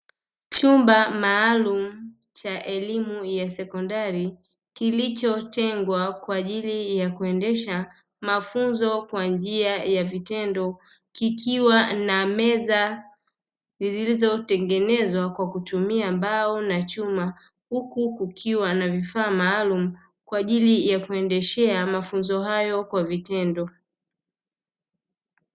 Chumba maalumu cha elimu ya sekondari, kilichotengwa kwa ajili ya kuendesha mafunzo kwa njia ya vitendo, kikiwa na meza zilizotengenezwa kwa kutumia mbao na chuma, huku kukiwa na vifaa maalumu kwa ajili ya kuendeshea mafunzo hayo kwa vitendo.